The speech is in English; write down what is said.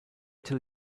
till